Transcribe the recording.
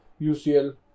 UCL